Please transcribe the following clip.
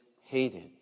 hated